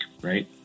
right